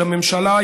של הממשלה,